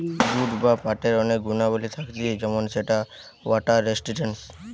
jute বা পাটের অনেক গুণাবলী থাকতিছে যেমন সেটা ওয়াটার রেসিস্টেন্ট